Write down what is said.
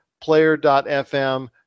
Player.fm